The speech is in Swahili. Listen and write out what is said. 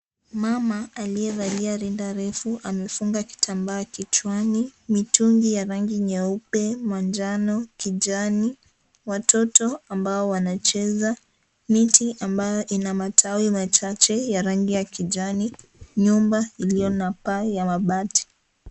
Mama aliyevalia rinda refu amefunga kitambaa kichwani. Mitungi ya rangi nyeupe, manjano, kijani. Watoto ambao wanacheza. Miti ambayo ina matawi machache ya rangi ya kijani. Nyumba iliyo na paa ya mabati.